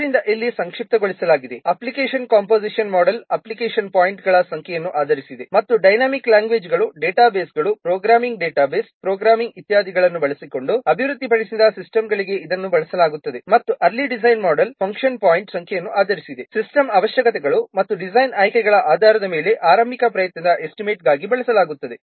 ಆದ್ದರಿಂದ ಇಲ್ಲಿ ಸಂಕ್ಷಿಪ್ತಗೊಳಿಸಲಾಗಿದೆ ಅಪ್ಲಿಕೇಶನ್ ಕಂಪೋಸಿಷನ್ ಮೋಡೆಲ್ ಅಪ್ಲಿಕೇಶನ್ ಪಾಯಿಂಟ್ಗಳ ಸಂಖ್ಯೆಯನ್ನು ಆಧರಿಸಿದೆ ಮತ್ತು ಡೈನಾಮಿಕ್ ಲ್ಯಾಂಗ್ವೇಜ್ಗಳು ಡೇಟಾ ಬೇಸ್ಗಳು ಪ್ರೋಗ್ರಾಮಿಂಗ್ ಡೇಟಾ ಬೇಸ್ ಪ್ರೋಗ್ರಾಮಿಂಗ್ ಇತ್ಯಾದಿಗಳನ್ನು ಬಳಸಿಕೊಂಡು ಅಭಿವೃದ್ಧಿಪಡಿಸಿದ ಸಿಸ್ಟಮ್ಗಳಿಗೆ ಇದನ್ನು ಬಳಸಲಾಗುತ್ತದೆ ಮತ್ತು ಅರ್ಲಿ ಡಿಸೈನ್ ಮೋಡೆಲ್ ಫಂಕ್ಷನ್ ಪಾಯಿಂಟ್ಗಳ ಸಂಖ್ಯೆಯನ್ನು ಆಧರಿಸಿದೆ ಸಿಸ್ಟಮ್ ಅವಶ್ಯಕತೆಗಳು ಮತ್ತು ಡಿಸೈನ್ ಆಯ್ಕೆಗಳ ಆಧಾರದ ಮೇಲೆ ಆರಂಭಿಕ ಪ್ರಯತ್ನದ ಎಸ್ಟಿಮೇಟ್ಗಾಗಿ ಬಳಸಲಾಗುತ್ತದೆ